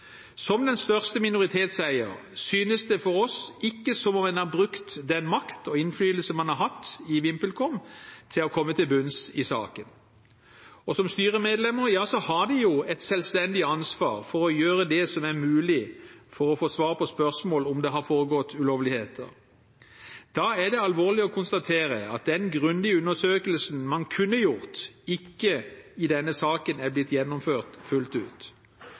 Som den største minoritetseier synes det for oss ikke som om en har brukt den makt og innflytelse en har hatt i VimpelCom, til å komme til bunns i saken. Som styremedlemmer har de jo et selvstendig ansvar for å gjøre det som er mulig for å få svar på spørsmålet om det har foregått ulovligheter. Da er det alvorlig å konstatere at den grundige undersøkelsen en kunne gjort, ikke i denne saken er blitt gjennomført fullt ut.